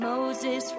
Moses